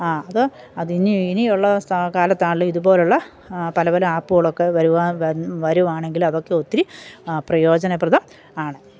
ആ അത് അതിനി ഇനിയുള്ള സ് കാലത്താണെങ്കിലും ഇതുപോലെയുള്ള പല പല ആപ്പുകളൊക്കെ വരുവാ വരുവാണെങ്കിൽ അതൊക്കെ ഒത്തിരി പ്രയോജനപ്രദം ആണ്